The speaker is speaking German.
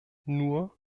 nur